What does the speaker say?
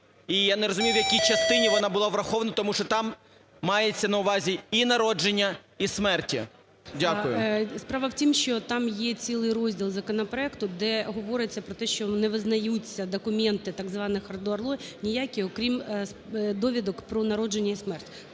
І я не розумію, в якій частині вона була врахована, тому що там мається на увазі і народження, і смерті. Дякую. ГОЛОВУЮЧИЙ. Справа у тім, що там є цілий розділ законопроекту, де говориться про те, що не визнаються документи так званих ОРДО і ОРЛО ніякі, окрім довідок про народження і смерть.